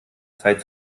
zeit